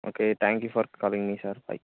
okay thank you for calling me sir by